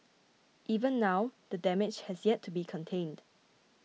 even now the damage has yet to be contained